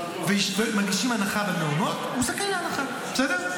ומגישים הנחה במעונות, הוא זכאי להנחה, בסדר?